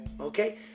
Okay